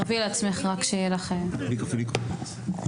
בבקשה.